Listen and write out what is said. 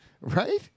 right